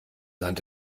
land